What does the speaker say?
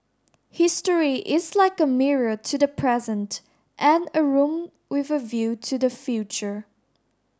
history is like a mirror to the present and a room with a view to the future